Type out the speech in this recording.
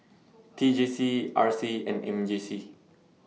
T J C R C and M J C